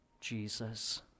Jesus